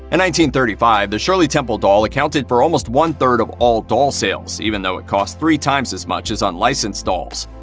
and thirty five, the shirley temple doll accounted for almost one-third of all doll sales, even though it cost three times as much as unlicensed dolls.